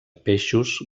peixos